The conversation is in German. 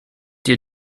dir